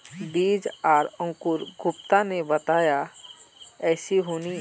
बीज आर अंकूर गुप्ता ने बताया ऐसी होनी?